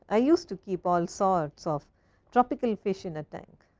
i used to keep all sorts of tropical fish in a tank.